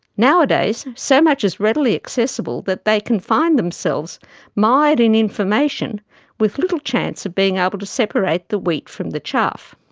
nowadays, so much is readily accessible that they can find themselves mired in information with little chance of being able to separate the wheat from the chaff.